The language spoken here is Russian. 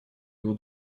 его